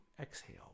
exhale